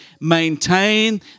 maintain